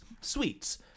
sweets